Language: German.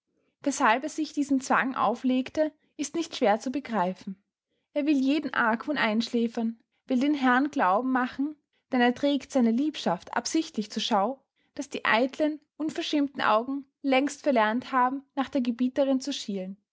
weßhalb er sich diesen zwang auflegte ist nicht schwer zu begreifen er will jeden argwohn einschläfern will den herrn glauben machen denn er trägt seine liebschaft absichtlich zur schau daß die eitlen unverschämten augen längst verlernt haben nach der gebieterin zu schielen